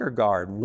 guard